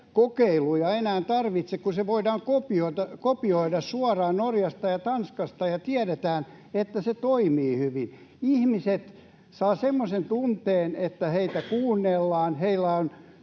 kokeiluja enää tarvitse, kun se voidaan kopioida suoraan Norjasta ja Tanskasta ja tiedetään, että se toimii hyvin. Ihmiset saavat semmoisen tunteen, että heitä kuunnellaan, heillä on